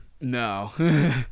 no